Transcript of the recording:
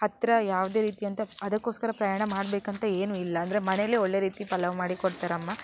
ಹತ್ತಿರ ಯಾವುದೇ ರೀತಿಯಂತ ಅದಕ್ಕೋಸ್ಕರ ಪ್ರಯಾಣ ಮಾಡ್ಬೇಕಂತ ಏನೂ ಇಲ್ಲ ಅಂದರೆ ಮನೆಯಲ್ಲೇ ಒಳ್ಳೆಯ ರೀತಿ ಪಲಾವ್ ಮಾಡಿ ಕೊಡ್ತಾರೆ ಅಮ್ಮ